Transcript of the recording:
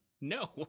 No